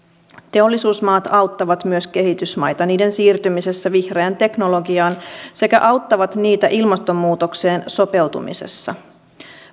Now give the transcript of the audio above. teollisuusmaat auttavat myös kehitysmaita niiden siirtymisessä vihreään teknologiaan sekä auttavat niitä ilmastonmuutokseen sopeutumisessa